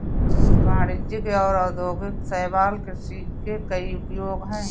वाणिज्यिक और औद्योगिक शैवाल कृषि के कई उपयोग हैं